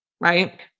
Right